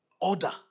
Order